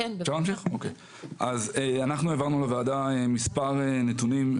אנחנו העברנו לוועדה מספר נתונים.